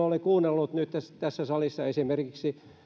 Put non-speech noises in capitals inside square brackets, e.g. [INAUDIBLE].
[UNINTELLIGIBLE] olen kuunnellut nyt tässä salissa esimerkiksi